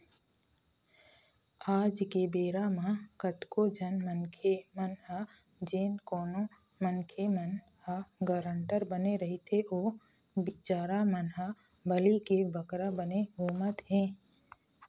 आज के बेरा म कतको झन मनखे मन ह जेन कोनो मनखे मन ह गारंटर बने रहिथे ओ बिचारा मन ह बली के बकरा बने घूमत हें